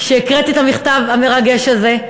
שהקראת את המכתב המרגש הזה.